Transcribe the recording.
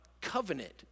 covenant